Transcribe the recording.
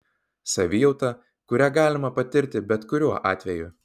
savijauta kurią galima patirti bet kuriuo atveju